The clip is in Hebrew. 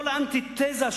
אנטיתזה,